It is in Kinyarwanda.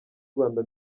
rwanda